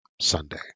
Sunday